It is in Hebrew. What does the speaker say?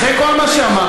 אחרי כל מה שאמרתי,